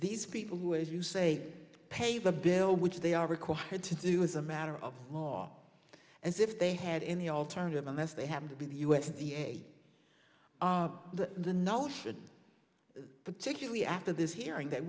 these people who as you say pay the bill which they are required to do as a matter of law and if they had any alternative unless they happen to be the u s d a the notion particularly after this hearing that